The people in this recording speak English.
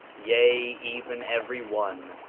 yea, even every one,